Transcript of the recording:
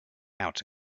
out